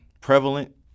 prevalent